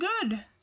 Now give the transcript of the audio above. good